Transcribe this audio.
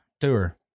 tour